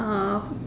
uh